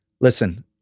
Listen